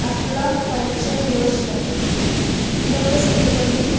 అట్లా పెన్షన్ యోజన ఇదొక స్కీం అండి